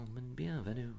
Bienvenue